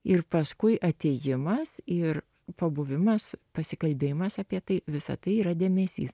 ir paskui atėjimas ir pabuvimas pasikalbėjimas apie tai visa tai yra dėmesys